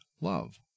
love